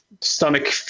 stomach